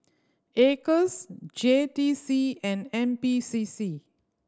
Acres J T C and N P C C